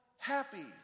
Happy